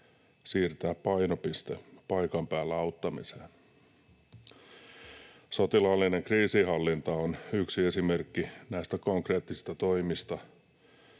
siirtää painopiste paikan päällä auttamiseen. Sotilaallinen kriisinhallinta on yksi esimerkki näistä konkreettisista toimista,